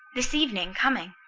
this evening coming.